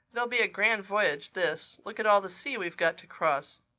it'll be a grand voyage, this. look at all the sea we've got to cross.